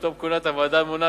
עם תום כהונת הוועדה הממונה,